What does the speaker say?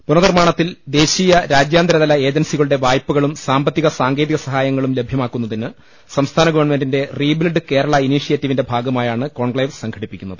പുനർനിർമ്മാണത്തിൽ ദേശീ യ രാജ്യാന്തരതല ഏജൻസികളുടെ വായ്പകളും സാമ്പത്തികസാങ്കേതിക സഹായങ്ങളും ലഭ്യമാക്കുന്ന തിന് സംസ്ഥാന ഗവൺമെന്റിന്റെ റീബിൽഡ് കേരള ഇനീഷ്യേറ്റീവിന്റെ ഭാഗമായാണ് കോൺക്ലേവ് സംഘ ടിപ്പിക്കുന്നത്